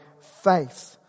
faith